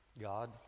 God